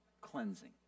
cleansing